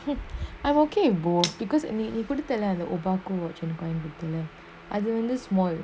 I'm okay both because நீ நீ குடுத்தல அந்த:nee nee kuduthala antha obaako watch எனக்கு வாங்கி குடுத்தல அதுவந்து:enaku vaangi kuduthala athuvanthu small